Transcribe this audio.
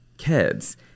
kids